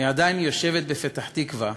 היא עדיין יושבת בפתח-תקווה,